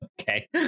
Okay